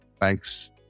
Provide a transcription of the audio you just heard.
Thanks